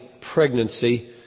pregnancy